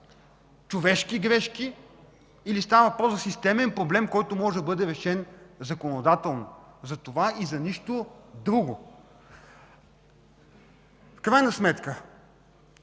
човешки грешки, или за системен проблем, който може да бъде решен законодателно. За това и за нищо друго! В крайна сметка